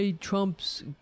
Trump's